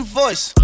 voice